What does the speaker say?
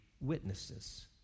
witnesses